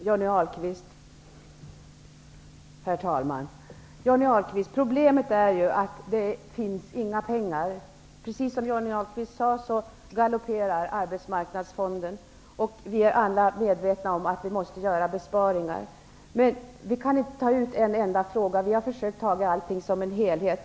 Herr talman! Johnny Ahlqvist, problemet är ju att det inte finns några pengar. Precis som Johnny Ahlqvist sade, galopperar arbetsmarknadsfonden och vi är alla medvetna om att besparingar måste göras. Men vi kan inte lyfta ut en enda fråga. Vi har försökt att se allting som en helhet.